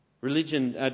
Religion